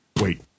wait